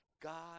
God